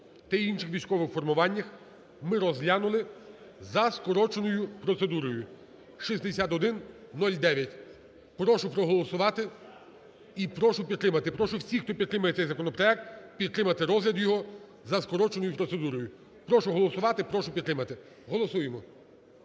та інших військових формуваннях ми розглянули за скороченою процедурою (6109). Прошу проголосувати і прошу підтримати. Прошу всіх, хто підтримує цей законопроект, підтримати розгляд його за скороченою процедурою. Прошу голосувати, прошу підтримати. Голосуємо.